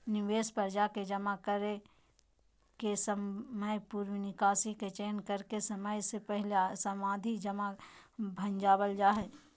निवेश पर जाके जमा के समयपूर्व निकासी के चयन करके समय से पहले सावधि जमा भंजावल जा हय